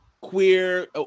queer